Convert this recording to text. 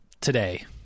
today